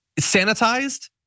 sanitized